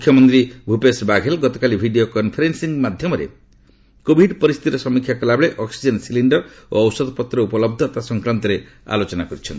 ମୁଖ୍ୟମନ୍ତ୍ରୀ ଭୂପେଶ ବାଘେଲ ଗତକାଲି video conferencing ମାଧ୍ୟମରେ କୋଭିଡ ପରିସ୍ଥିତିର ସମୀକ୍ଷା କଲାବେଳେ ଅକ୍ନିଜେନ୍ ସିଲିଣ୍ଡର ଓ ଔଷଧପତ୍ରର ଉପଲହ୍ଧତା ସଂକ୍ରାନ୍ତରେ ଆଲୋଚନା କରିଛନ୍ତି